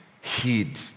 heed